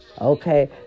Okay